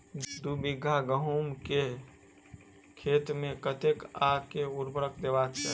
दु बीघा गहूम केँ खेत मे कतेक आ केँ उर्वरक देबाक चाहि?